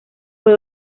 fue